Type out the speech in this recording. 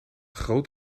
groot